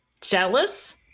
Jealous